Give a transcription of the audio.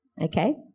Okay